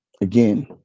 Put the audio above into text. again